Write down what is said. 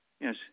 Yes